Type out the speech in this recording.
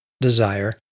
desire